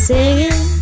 Singing